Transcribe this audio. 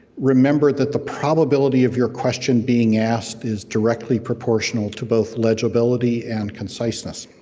remember that the probability of your question being asked is directly proportional to both legibility and conciseness.